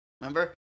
Remember